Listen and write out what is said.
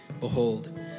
behold